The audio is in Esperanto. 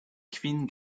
kvin